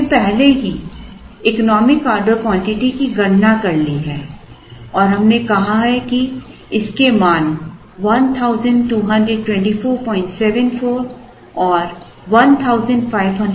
हमने पहले ही इकोनॉमिक ऑर्डर क्वांटिटी की गणना कर ली है और हमने कहा है कि संदर्भ समय देखें 0054 इसके मान 122474 और 154919 हैं